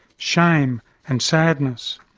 shame and sadness.